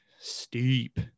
Steep